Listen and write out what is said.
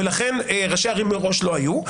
ולכן ראשי הערים מראש לא היו.